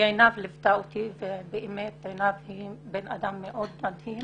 ועינב ליוותה אותי ובאמת עינב היא בן אדם מאוד מדהים